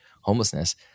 homelessness